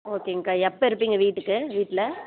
ஓகேங்கக்கா எப்போ இருப்பீங்க வீட்டுக்கு வீட்டில்